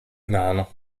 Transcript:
mano